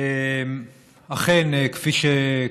ארבעה,